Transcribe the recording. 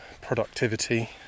productivity